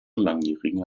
langjährigen